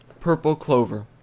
purple clover.